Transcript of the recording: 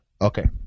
Okay